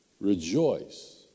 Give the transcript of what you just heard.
Rejoice